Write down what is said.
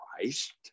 Christ